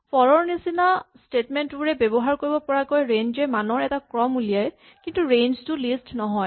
for ৰ নিচিনা statement বোৰে ব্যৱহাৰ কৰিব পৰাকৈ ৰেঞ্জ এ মানৰ এটা ক্ৰম উলিয়ায় কিন্তু ৰেঞ্জ টো লিষ্ট নহয়